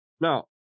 Now